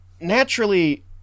naturally